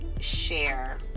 share